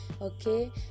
Okay